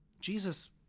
Jesus